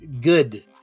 good